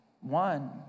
One